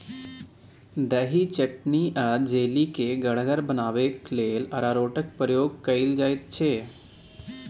दही, चटनी आ जैली केँ गढ़गर बनेबाक लेल अरारोटक प्रयोग कएल जाइत छै